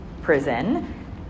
prison